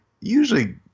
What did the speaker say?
usually